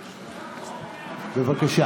בבקשה.